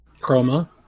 Chroma